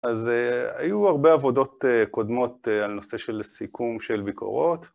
אז היו הרבה עבודות קודמות על נושא של סיכום של ביקורות.